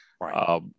Right